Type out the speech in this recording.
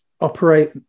operate